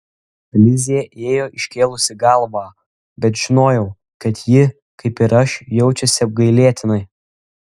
lizė ėjo iškėlusi galvą bet žinojau kad ji kaip ir aš jaučiasi apgailėtinai